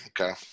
Okay